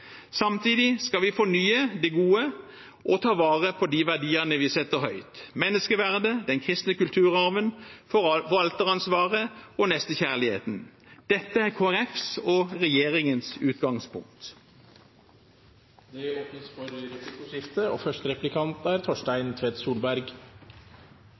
Samtidig skal vi fornye det gode og ta vare på de verdiene vi setter høyt: menneskeverdet, den kristne kulturarven, forvalteransvaret og nestekjærligheten. Dette er Kristelig Folkepartis og regjeringens utgangspunkt. Det blir replikkordskifte.